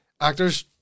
actors